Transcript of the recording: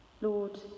Lord